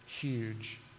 huge